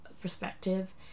perspective